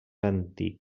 antic